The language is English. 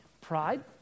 Pride